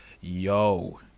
yo